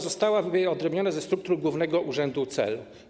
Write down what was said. Została wyodrębniona ze struktur Głównego Urzędu Ceł.